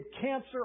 cancer